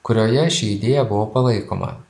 kurioje ši idėja buvo palaikoma